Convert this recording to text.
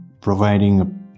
providing